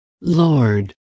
Lord